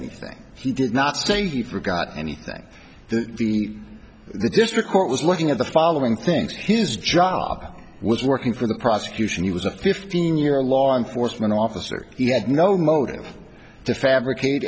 anything he did not say he forgot anything that the the district court was looking at the following things his job was working for the prosecution he was a fifteen year law enforcement officer he had no motive to fabricate